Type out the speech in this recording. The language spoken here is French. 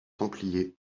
templiers